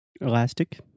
Elastic